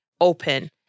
open